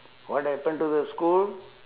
what happened to the school